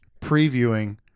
previewing